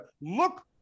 look